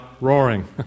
roaring